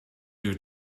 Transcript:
due